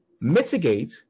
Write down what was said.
mitigate